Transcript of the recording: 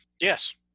Yes